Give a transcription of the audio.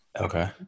Okay